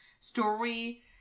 story